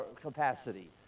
capacity